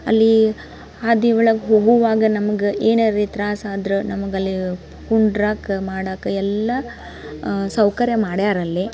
ಅಲ್ಲಿ ಹಾದಿ ಒಳಗೆ ಹೋಗು ವಾಗ ನಮ್ಗೆ ಏನಾರೂ ತ್ರಾಸು ಆದ್ರೆ ನಮ್ಗೆ ಅಲ್ಲಿ ಕುಂಡ್ರಾಕ ಮಾಡಕ್ಕ ಎಲ್ಲ ಸೌಕರ್ಯ ಮಾಡ್ಯಾರೆ ಅಲ್ಲಿ